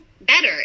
better